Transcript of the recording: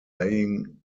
laying